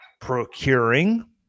procuring